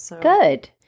Good